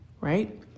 right